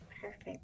Perfect